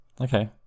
Okay